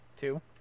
Two